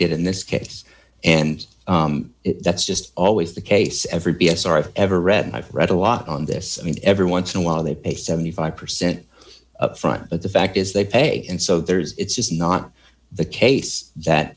did in this case and that's just always the case every b s i've ever read and i've read a lot on this i mean every once in a while they pay seventy five percent up front but the fact is they pay and so there's it's is not the case that